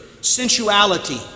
sensuality